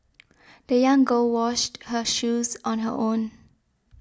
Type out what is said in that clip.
the young girl washed her shoes on her own